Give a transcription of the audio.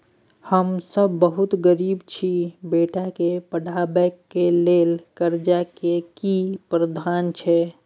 हम सब बहुत गरीब छी, बेटा के पढाबै के लेल कर्जा के की प्रावधान छै?